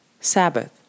Sabbath